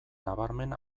nabarmen